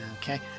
Okay